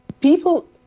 people